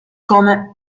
come